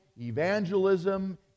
Evangelism